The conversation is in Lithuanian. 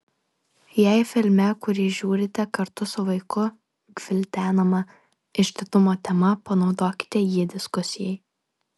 jei filme kurį žiūrite kartu su vaiku gvildenama išdidumo tema panaudokite jį diskusijai